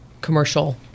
commercial